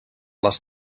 les